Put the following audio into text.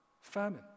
famine